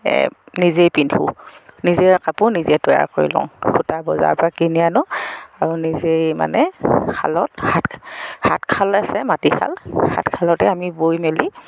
নিজেই পিন্ধো নিজেই কাপোৰ নিজেই তৈয়াৰ কৰি লওঁ সূতা বজাৰৰপৰা কিনি আনো আৰু নিজেই মানে শালত হাত হাত শাল আছে মাটি শাল হাত শালতেই আমি বৈ মেলি